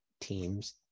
teams